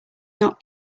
not